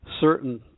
certain